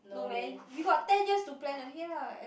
no man we got ten years to plan ahead ah I